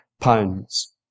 pounds